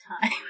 time